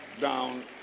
down